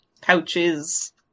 pouches